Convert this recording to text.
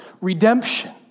redemption